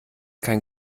kein